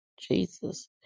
Jesus